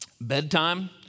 Bedtime